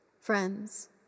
friends